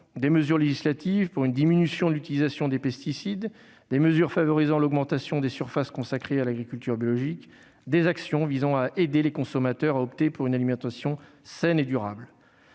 des mesures législatives pour une diminution de l'utilisation des pesticides, des mesures favorisant l'augmentation des surfaces consacrées à l'agriculture biologique et des actions visant à aider les consommateurs à opter pour une alimentation saine et durable.